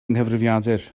nghyfrifiadur